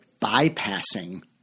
bypassing